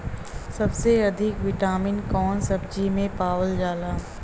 सबसे अधिक विटामिन कवने सब्जी में पावल जाला?